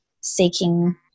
seeking